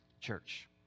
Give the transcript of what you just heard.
church